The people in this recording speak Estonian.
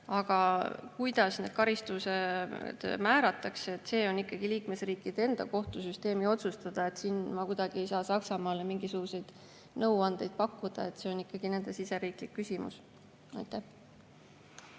Aga kuidas need karistused määratakse, see on ikkagi liikmesriigi kohtusüsteemi otsustada. Siin ei saa ma kuidagi Saksamaale mingisuguseid nõuandeid pakkuda, see on ikkagi nende siseriiklik küsimus. Aitäh